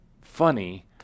funny